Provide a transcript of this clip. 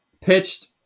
pitched